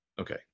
okay